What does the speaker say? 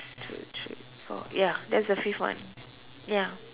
two three four ya that's the fifth one ya